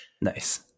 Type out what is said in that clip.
nice